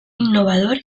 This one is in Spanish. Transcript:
innovador